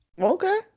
Okay